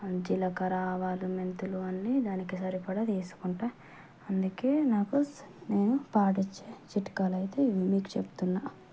జీలకర్ర ఆవాలు మెంతులు అన్నీ దానికి సరిపడ తీసుకుంటాను అందుకే నాకు నేను పాటించే చిట్కాలు అయితే ఇవి మీకు చెప్తున్నాను